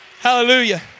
Hallelujah